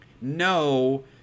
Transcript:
no